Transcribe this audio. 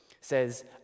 says